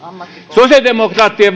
sosiaalidemokraattien